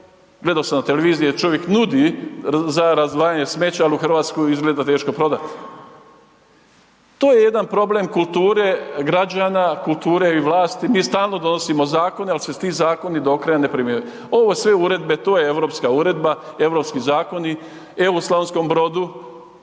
gledao sam televiziji, čovjek nudi za razdvajanje smeća ali u Hrvatsku je izgleda teško prodat. To je jedan problem kulture građane, kulture i vlasti, mi stalno donosimo zakone ali se ti zakoni do kraja ne primjenjuju. Ove sve uredbe, to je europska uredba, europski zakoni. Evo, u Slavonskom Brodu,